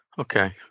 Okay